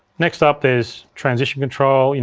next up there's transition control, you